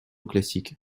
classique